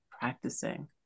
practicing